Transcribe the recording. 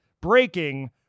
breaking